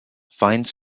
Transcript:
fine